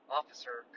officer